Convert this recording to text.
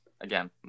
again